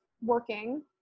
working